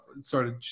started